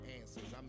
answers